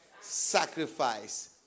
sacrifice